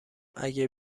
اگه